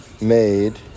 made